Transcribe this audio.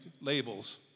labels